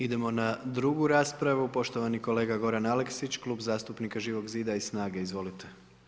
Idemo na drugu raspravu, poštovani kolega Goran Aleksić, Klub zastupnika Živog zida i SNAGA-e.